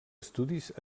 estudis